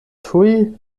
tuj